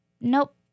nope